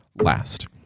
last